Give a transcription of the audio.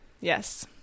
yes